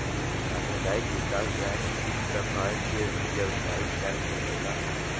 सामुदायिक विकास बैंक इक परकार के व्यवसायिक बैंक होखेला